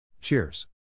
Cheers